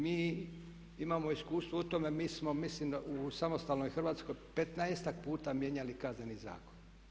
Mi imamo iskustvo u tome, mi smo mislim u samostalnoj Hrvatskoj 15-ak puta mijenjali kazneni zakon.